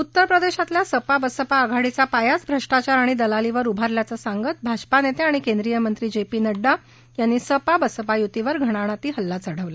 उत्तर प्रदेशातल्या सपा बसपा आघाडीचा पायाच भ्रष्टाचार आणि दलालीवर उभारल्याचं सांगत भाजपा नेत आणि केंद्रीय मंत्री जे पी नङ्डा यांनी सपा बसपा युतीवर घाणाघाती हल्ला चढवला